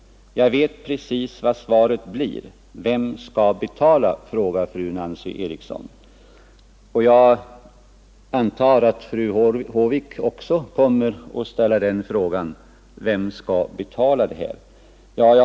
Jag vet precis vad svaret blir: ”Vem skall betala?” Jag antar att fru Håvik också kommer att ställa frågan: Vem skall betala detta?